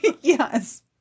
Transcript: Yes